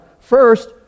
First